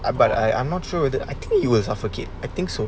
I but I I'm not sure that he will suffocate I think so